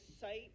site